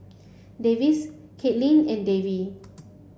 Davis Kaitlin and Davy